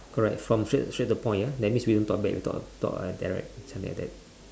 correct from straight straight to the point ya that means we'll talk back don't talk ah talk like direct something like that